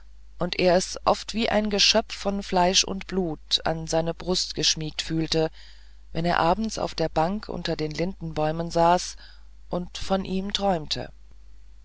und er es oft wie ein geschöpf von fleisch und blut an seine brust geschmiegt fühlte wenn er abends auf der bank unter den lindenbäumen saß und von ihm träumte